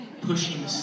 pushing